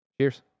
cheers